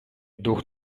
дух